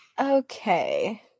okay